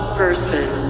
person